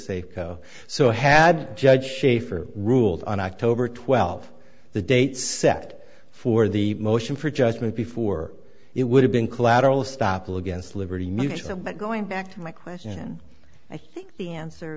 say so had judge shafer ruled on october twelfth the date set for the motion for judgment before it would have been collateral stoppel against liberty mutual but going back to my question i think the answer